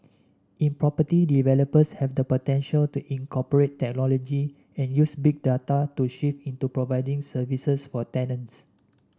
in property developers have the potential to incorporate technology and use Big Data to shift into providing services for tenants